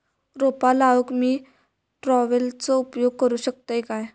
रोपा लाऊक मी ट्रावेलचो उपयोग करू शकतय काय?